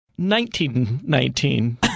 1919